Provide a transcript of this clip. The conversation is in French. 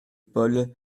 paul